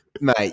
mate